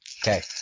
Okay